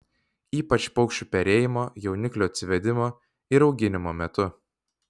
ypač paukščių perėjimo jauniklių atsivedimo ir auginimo metu